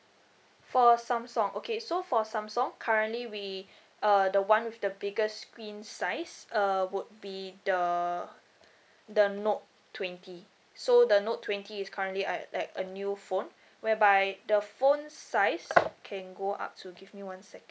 for samsung okay so for samsung currently we uh the one with the biggest screen size uh would be the the note twenty so the note twenty is currently uh like a new phone whereby the phone size can go up to give me one second